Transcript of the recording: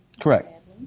Correct